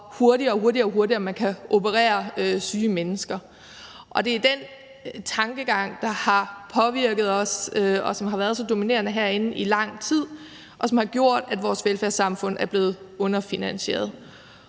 hvor meget hurtigere man kan operere syge mennesker. Men det er den tankegang, der har påvirket os, og som har været så dominerende herinde i lang tid, og som har gjort, at vores velfærdssamfund er blevet underfinansieret,